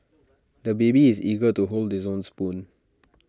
the baby is eager to hold his own spoon